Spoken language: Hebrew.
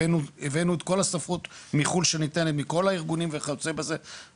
הבאנו את כל הספרות מחו"ל שניתנת מכל הארגונים וכיוצא בזה,